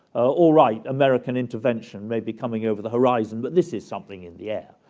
all right, american intervention may be coming over the horizon, but this is something in the air.